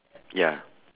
ya